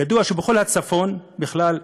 ידוע שבכל הצפון בכלל,